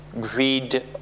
greed